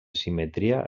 simetria